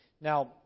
Now